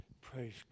Praise